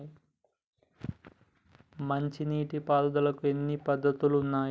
మంచి నీటి పారుదలకి ఎన్ని పద్దతులు ఉన్నాయి?